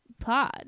pod